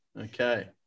Okay